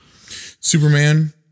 Superman